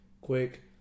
Quick